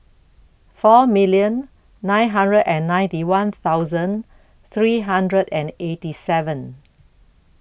four million nine hundred and ninety one thousand three hundred and eighty seven